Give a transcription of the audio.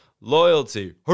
loyalty